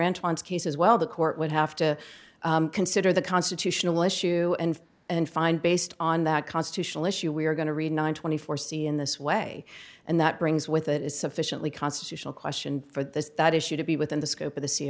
anton's case as well the court would have to consider the constitutional issue and and find based on that constitutional issue we're going to read nine twenty four c in this way and that brings with it is sufficiently constitutional question for this that issue to be within the scope of the